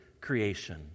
creation